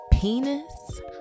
penis